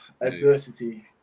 adversity